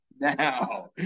Now